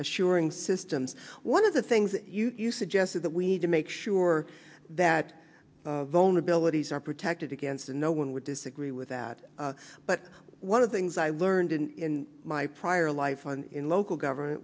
assuring systems one of the things that you've suggested that we need to make sure that vulnerabilities are protected against and no one would disagree with that but one of things i learned in my prior life on in local government